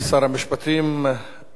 אתה רוצה להשיב, חבר הכנסת כץ?